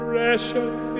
Precious